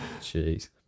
jeez